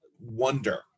wonder